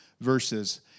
verses